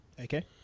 Okay